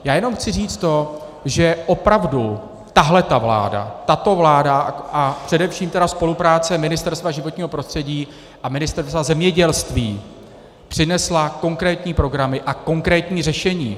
Já jenom chci říct to, že opravdu tato vláda a především spolupráce Ministerstva životního prostředí a Ministerstva zemědělství přinesla konkrétní programy a konkrétní řešení.